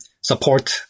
Support